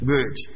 Good